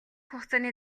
хугацааны